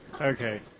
Okay